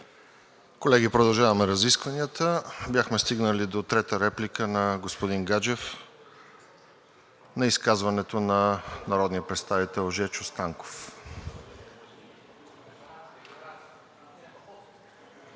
Колеги, продължаваме с разискванията. Бяхме стигнали до трета реплика на господин Гаджев на изказването на народния представител Жечо Станков.